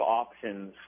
options